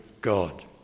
God